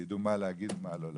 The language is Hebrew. שיידעו מה להגיד ומה לא להגיד.